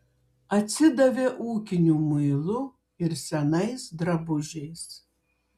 atsidavė ūkiniu muilu ir senais drabužiais